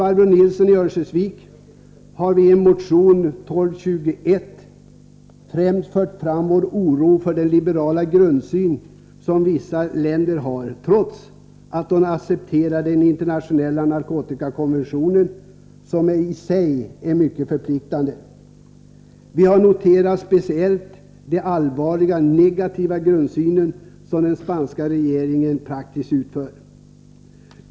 Barbro Nilsson i Örnsköldsvik och jag har i motion 1221 främst fört fram vår oro för den liberala grundsyn som vissa länder har, trots att de accepterar den internationella narkotikakonventionen, som i sig är mycket förpliktande. Vi har speciellt noterat det allvarliga i den negativa grundsyn som den spanska regeringen har.